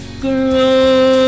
grow